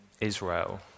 Israel